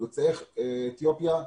יוצאי אתיופיה,